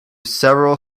several